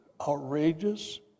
outrageous